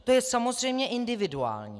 To je samozřejmě individuální.